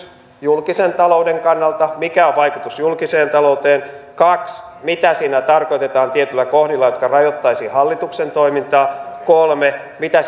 julkisen talouden kannalta mikä on vaikutus julkiseen talouteen kaksi mitä siinä tarkoitetaan tietyillä kohdilla jotka rajoittaisivat hallituksen toimintaa kolme mitä